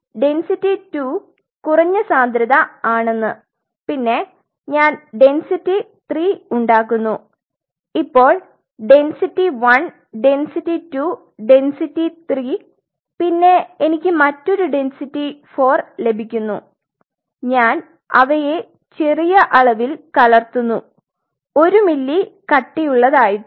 അതായത് ഡെന്സിറ്റി 2 കുറഞ്ഞ സാന്ദ്രത ആണെന്ന് പിന്നെ ഞാൻ ഡെന്സിറ്റി 3 ഉണ്ടാക്കുന്നു ഇപ്പോൾ ഡെന്സിറ്റി 1 ഡെന്സിറ്റി 2 ഡെന്സിറ്റി 3 പിന്നെ എനിക്ക് മറ്റൊരു ഡെന്സിറ്റി 4 ലഭിക്കുന്നു ഞാൻ അവയെ ചെറിയ അളവിൽ കലർത്തുന്നു ഒരു മില്ലി കട്ടിയുള്ളതായിട്ട്